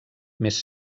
més